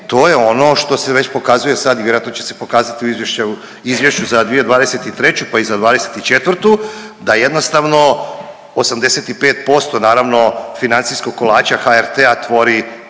to je ono što se već pokazuje sad i vjerojatno će se pokazati i u izvješću za 2023., pa i za '24. da jednostavno 85% naravno financijskog kolača HRT-a tvori